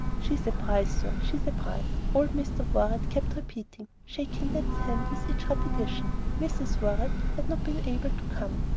she's a prize, sir she's a prize! old mr. worrett kept repeating, shaking ned's hand with each repetition. mrs. worrett had not been able to come.